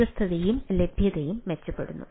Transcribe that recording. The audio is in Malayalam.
വിശ്വാസ്യതയും ലഭ്യതയും മെച്ചപ്പെടുന്നു